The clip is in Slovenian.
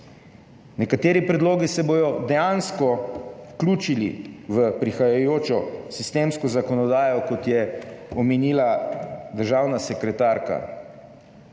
Nekateri predlogi se bodo dejansko vključili v prihajajočo sistemsko zakonodajo, kot je omenila državna sekretarka.